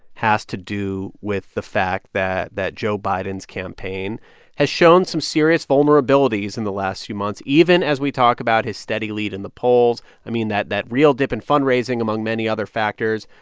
has to do with the fact that that joe biden's campaign has shown some serious vulnerabilities in the last few months, even as we talk about his steady lead in the polls i mean, that that real dip in fundraising, among many other factors.